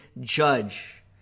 judge